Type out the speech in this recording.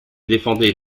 défendez